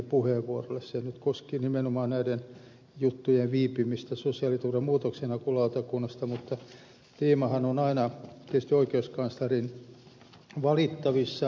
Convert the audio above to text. se nyt koskee nimenomaan näiden juttujen viipymistä sosiaaliturvan muutoksenhakulautakunnasta mutta teemahan on aina tietysti oikeuskanslerin valittavissa